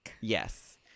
yes